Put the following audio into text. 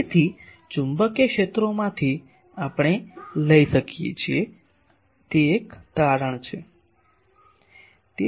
તેથી આ ચુંબકીય ક્ષેત્રોમાંથી આપણે લઈ શકીએ છીએ તે એક તારણ છે